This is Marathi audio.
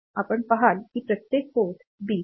आपण पहाल की प्रत्येक पोर्ट बिट 3